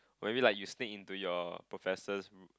maybe like you speak into your professors